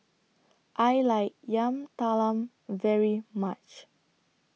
I like Yam Talam very much